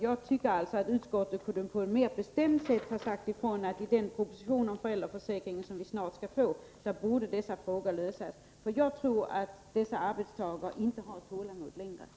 Jag tycker att utskottet på ett mera bestämt sätt kunde ha sagt ifrån att dessa frågor bör lösas i den proposition om föräldraförsäkringen som snart skall läggas fram. Jag tror att tålamodet hos de arbetstagare som det gäller nu är slut.